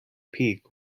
peak